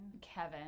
Kevin